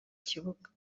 kibuga